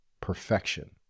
perfection